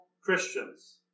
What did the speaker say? Christians